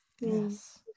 Yes